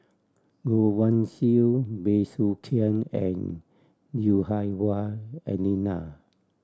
Goh Guan Siew Bey Soo Khiang and Lui Hah Wah Elena